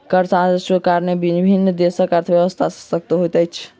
कर राजस्वक कारणेँ विभिन्न देशक अर्थव्यवस्था शशक्त होइत अछि